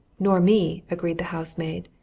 nor me! agreed the housemaid.